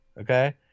okay